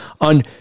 on